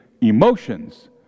emotions